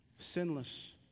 sinless